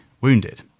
wounded